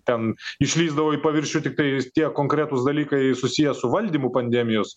ten išlįsdavo į paviršių tiktai tie konkretūs dalykai susiję su valdymu pandemijos